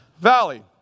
Valley